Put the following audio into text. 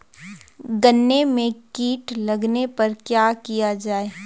गन्ने में कीट लगने पर क्या किया जाये?